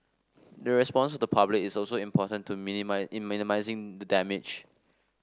the response the public is also important in in minimising the damage